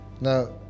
Now